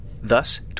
Thus